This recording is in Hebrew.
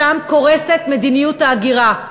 שם קורסת מדיניות ההגירה.